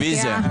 רוויזיה.